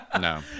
No